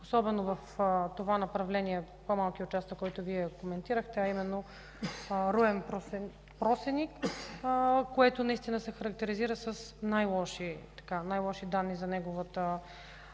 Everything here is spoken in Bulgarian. особено в това направление за по-малкия участък, който Вие коментирахте, а именно Руен – Просеник, което наистина се характеризира с най-лоши данни за неговата